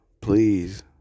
please